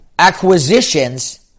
acquisitions